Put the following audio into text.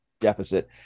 deficit